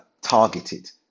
targeted